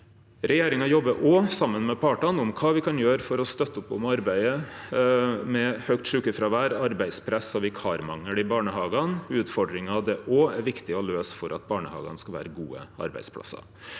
Regjeringa jobbar òg, saman med partane, med kva me kan gjere for å støtte opp om arbeidet mot høgt sjukefråvær, arbeidspress og vikarmangel i barnehagane – utfordringar det òg er viktig å løyse for at barnehagane skal vere gode arbeidsplassar.